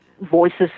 voices